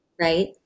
right